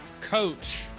coach